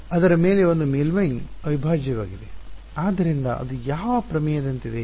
ಮತ್ತು ಅದರ ಮೇಲೆ ಒಂದು ಮೇಲ್ಮೈ ಅವಿಭಾಜ್ಯವಾಗಿದೆ ಆದ್ದರಿಂದ ಅದು ಯಾವ ಪ್ರಮೇಯದಂತಿದೆ